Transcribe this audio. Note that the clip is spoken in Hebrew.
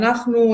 אנחנו,